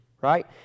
right